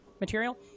material